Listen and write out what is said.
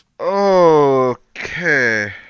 Okay